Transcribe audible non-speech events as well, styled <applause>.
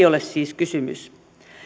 <unintelligible> ole siis kysymys